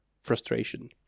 frustration